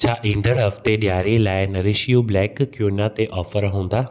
छा ईंदड़ हफ़्ते ॾियारीअ लाइ नरिश यू ब्लैक क्विनोआ ते ऑफर हूंदा